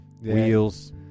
Wheels